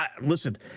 Listen